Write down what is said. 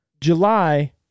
July